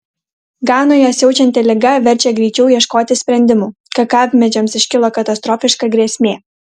ganoje siaučianti liga verčia greičiau ieškoti sprendimų kakavmedžiams iškilo katastrofiška grėsmė